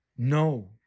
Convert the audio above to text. No